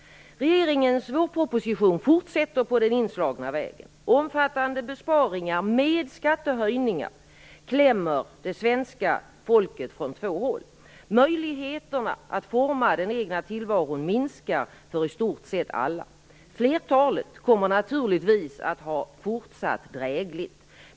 Regeringens vårproposition fortsätter på den inslagna vägen. Omfattande besparingar med skattehöjningar klämmer det svenska folket från två håll. Möjligheterna att forma den egna tillvaron minskar för i stort sett alla. Flertalet kommer naturligtvis att ha det fortsatt drägligt.